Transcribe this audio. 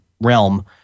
realm